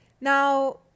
Now